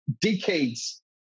decades